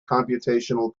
computational